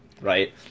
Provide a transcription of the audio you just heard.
right